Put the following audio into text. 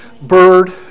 bird